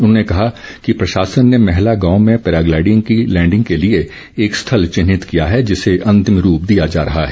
उन्होंने कहा कि प्रशासन ने मैहला गांव में पैराग्लाइडिंग की लैंडिंग के लिए एक स्थल चिन्हित किया है जिसे अंतिम रूप दिया जा रहा है